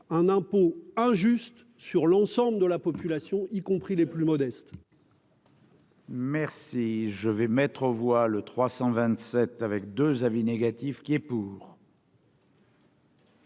un impôt injuste sur l'ensemble de la population, y compris les plus modestes.